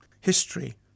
history